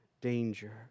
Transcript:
danger